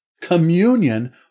Communion